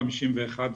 ה-651 ואילך.